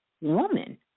woman